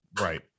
Right